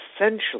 essentially